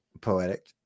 poetic